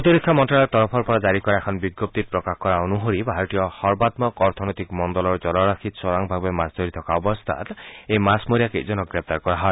প্ৰতিৰক্ষা মন্ত্যালয়ৰ তৰফৰ পৰা জাৰি কৰা এখন বিজ্ঞপ্তিত প্ৰকাশ কৰা অনুসৰি ভাৰতীয় সৰ্বাম্মক অৰ্থনৈতিক মণ্ডলৰ জলৰাশিত চোৰাংভাৱে মাছ ধৰি থকা অৱস্থাত এই মাছমৰীয়া কেইজনক গ্ৰেপ্তাৰ কৰা হয়